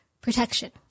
protection